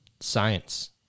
science